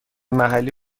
محلی